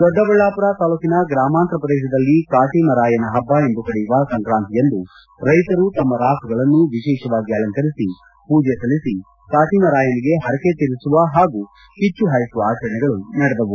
ದೊಡ್ಡಬಳ್ಳಾಪುರ ತಾಲೂಕಿನ ಗ್ರಾಮಾಂತರ ಪ್ರದೇಶದಲ್ಲಿ ಕಾಟಮರಾಯನ ಪಭ್ಗ ಎಂದು ಕರೆಯುವ ಸಂಕ್ರಾಂತಿಯಂದು ರೈತರು ತಮ್ನ ರಾಸುಗಳನ್ನು ವಿಶೇಷವಾಗಿ ಅಲಂಕರಿಸಿ ಮೂಜೆ ಸಲ್ಲಿಸಿ ಕಾಟಮರಾಯನಿಗೆ ಹರಕೆ ತೀರಿಸುವ ಹಾಗೂ ಕಿಚ್ಚು ಹಾಯಿಸುವ ಆಚರಣೆಗಳು ನಡೆದವು